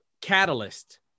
catalyst